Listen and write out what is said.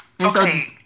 Okay